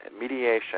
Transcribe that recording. mediation